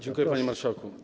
Dziękuję, panie marszałku.